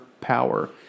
power